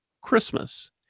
Christmas